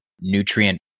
nutrient